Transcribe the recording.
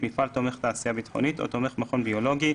ו-(11)